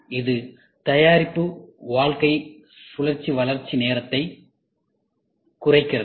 இது தயாரிப்பு வாழ்க்கை சுழற்சி வளர்ச்சி நேரத்தை குறைக்கிறது